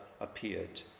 appeared